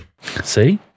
See